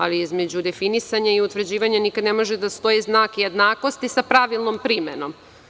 Ali, između definisanja i utvrđivanja ne može da stoji znak jednakosti sa pravilnom primenom.